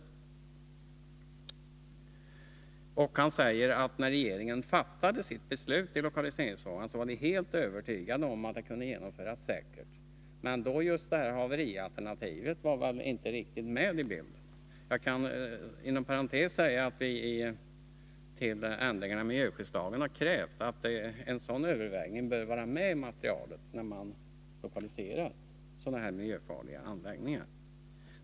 Jordbruksministern säger att när regeringen fattade beslut i lokaliseringsfrågan var man helt övertygad om att det hela kunde genomföras säkert. Men just haverialternativet var väl inte riktigt med i bilden. Jag kan inom parentes säga att till de föreslagna ändringarna i miljöskyddslagen har vi krävt att överväganden i denna fråga bör vara med i materialet inför beslut om lokalisering av en sådan här miljöfarlig anläggning.